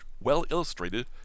well-illustrated